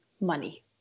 money